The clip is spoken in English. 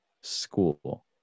school